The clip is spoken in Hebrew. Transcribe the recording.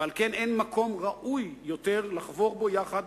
ועל כן אין מקום ראוי יותר לחבור בו יחד